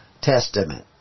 Testament